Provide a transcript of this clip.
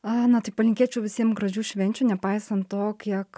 a na tai palinkėčiau visiem gražių švenčių nepaisant to kiek